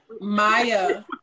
Maya